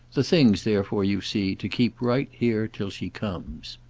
the thing's therefore, you see, to keep right here till she comes.